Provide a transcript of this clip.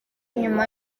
nyuma